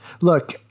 look